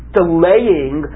delaying